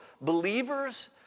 believers